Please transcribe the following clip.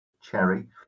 Cherry